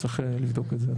צריך לבדוק את זה.